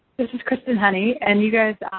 this is kristen honey, and you guys,